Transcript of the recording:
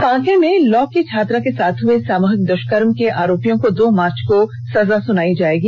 कांके में लॉ की छात्रा के साथ हुए सामूहिक दुष्कर्म के आरोपियों को दो मार्च को सजा सुनायी जाएगी